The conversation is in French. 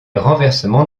renversement